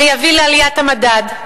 זה יביא לעליית המדד.